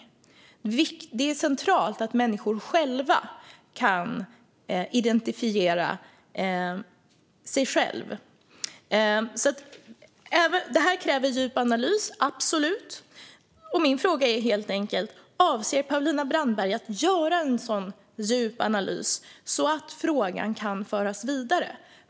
Det är centralt att människor själva får identifiera sig. Det här kräver djup analys, absolut, och min fråga är helt enkelt: Avser Paulina Brandberg att göra en sådan djup analys så att frågan kan föras vidare?